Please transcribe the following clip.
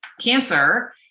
cancer